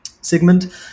segment